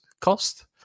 cost